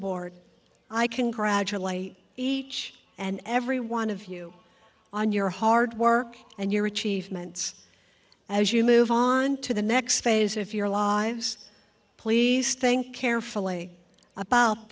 board i congratulate each and every one of you on your hard work and your achievements as you move on to the next phase if your lives please think carefully about